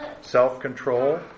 self-control